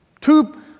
two